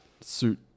suit